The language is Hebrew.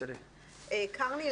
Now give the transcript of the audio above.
קרני,